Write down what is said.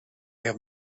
have